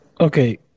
okay